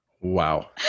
Wow